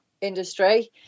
industry